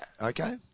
Okay